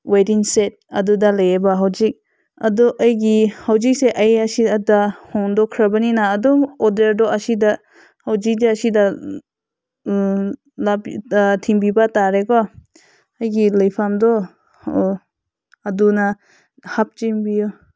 waiting set ꯑꯗꯨꯗ ꯂꯩꯌꯦꯕ ꯍꯧꯖꯤꯛ ꯑꯗꯣ ꯑꯩꯒꯤ ꯍꯧꯖꯤꯛꯁꯦ ꯑꯩ ꯑꯁꯤꯗ ꯍꯣꯡꯗꯣꯛꯈ꯭ꯔꯕꯅꯤꯅ ꯑꯗꯨꯝ ꯑꯣꯗꯔꯗꯣ ꯑꯁꯤꯗ ꯍꯧꯖꯤꯛꯇꯤ ꯑꯁꯤꯗ ꯂꯥꯛ ꯊꯤꯟꯕꯤꯕ ꯇꯥꯔꯦꯀꯣ ꯑꯩꯒꯤ ꯂꯩꯐꯝꯗꯣ ꯑꯗꯨꯅ ꯍꯥꯞꯆꯤꯟꯕꯤꯌꯣ